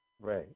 right